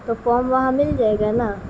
تو فام وہاں مل جائے گا نا